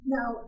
Now